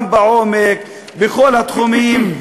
גם בעומק בכל התחומים,